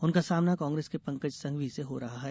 उनका सामना कांग्रेस के पंकज संघवी से हो रहा है